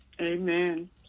Amen